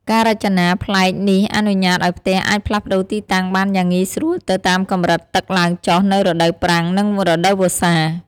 ការរចនាប្លែកនេះអនុញ្ញាតឲ្យផ្ទះអាចផ្លាស់ប្ដូរទីតាំងបានយ៉ាងងាយស្រួលទៅតាមកម្រិតទឹកឡើងចុះនៅរដូវប្រាំង និងរដូវវស្សា។